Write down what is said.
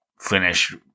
finish